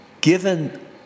Given